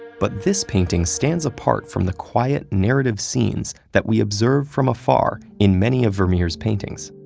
but this painting stands apart from the quiet narrative scenes that we observe from afar in many of vermeer's paintings.